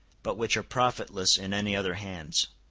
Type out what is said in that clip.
but which are profitless in any other hands.